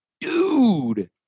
dude